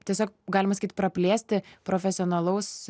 tiesiog galima praplėsti profesionalaus